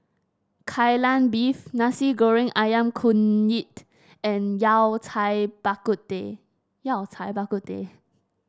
Kai Lan Beef Nasi Goreng ayam kunyit and Yao Cai Bak Kut Teh Yao Cai Bak Kut Teh